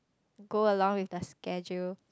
go along with the schedule